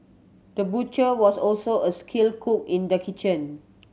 the butcher was also a skilled cook in the kitchen